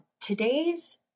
Today's